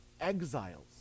exiles